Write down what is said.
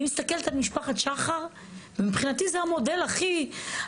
אני מסתכלת על משפחת שחר ומבחינתי זה המודל הכי,